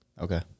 Okay